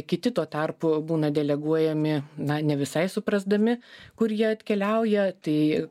kiti tuo tarpu būna deleguojami na ne visai suprasdami kur jie atkeliauja tai